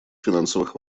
финансовых